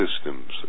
systems